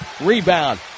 Rebound